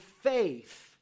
faith